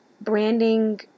branding